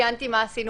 ציינתי מה עשינו